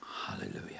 hallelujah